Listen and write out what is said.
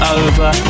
over